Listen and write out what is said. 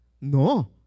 No